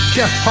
Jeff